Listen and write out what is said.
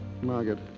Margaret